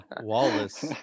Wallace